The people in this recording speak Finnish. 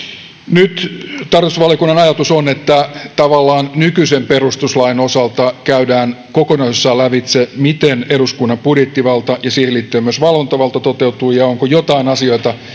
tarkastusvaliokunnan ajatus on että tavallaan nykyisen perustuslain osalta käydään kokonaisuudessaan lävitse miten eduskunnan budjettivalta ja siihen liittyen myös valvontavalta toteutuu ja onko joitain asioita